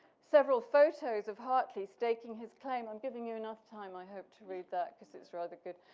several photos of hartley staking his claim i'm giving you enough time i hope to read that because it's rather good.